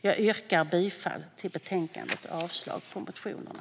Jag yrkar bifall till förslaget i betänkandet och avslag på motionerna.